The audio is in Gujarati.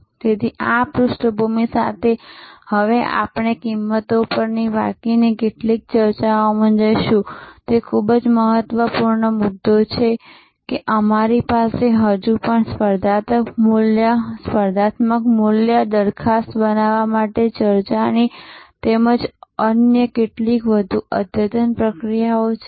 તેથી આ પૃષ્ઠભૂમિ સાથે હવે આપણે કિંમતો પરની બાકીની કેટલીક ચર્ચાઓમાં જઈશું તે ખૂબ જ મહત્વપૂર્ણ મુદ્દો છે કે અમારી પાસે હજુ પણ સ્પર્ધાત્મક મૂલ્ય દરખાસ્ત બનાવવા માટે ચર્ચાની તેમજ અન્ય કેટલીક વધુ અદ્યતન પ્રક્રિયાઓ છે